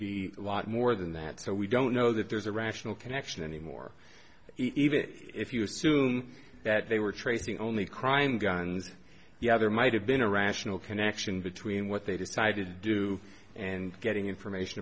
be a lot more than that so we don't know that there's a rational connection anymore even if you assume that they were tracing only crime guns yeah there might have been a rational connection between what they decided to do and getting information